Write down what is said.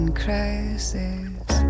crisis